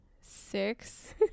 six